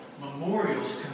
Memorials